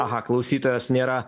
aha klausytojos nėra